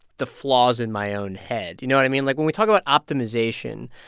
the flaws in my own head. you know what i mean? like, when we talk about optimization,